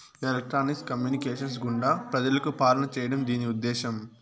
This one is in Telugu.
ఎలక్ట్రానిక్స్ కమ్యూనికేషన్స్ గుండా ప్రజలకు పాలన చేయడం దీని ఉద్దేశం